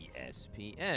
ESPN